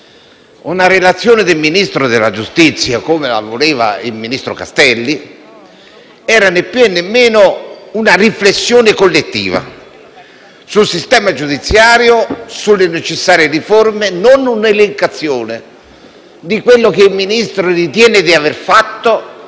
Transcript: Una relazione del Ministro della giustizia come la voleva il ministro Castelli era semplicemente una riflessione collettiva sul sistema giudiziario, sulle necessarie riforme e non un'elencazione di quanto il Ministro ritiene di aver fatto